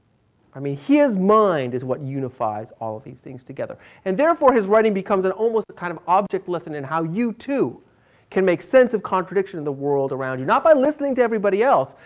i mean his mind is what unifies all of these things together. and therefore his writing becomes an almost kind of object lesson in how you too can make sense of contradiction in the world around you. not by listening to everybody else.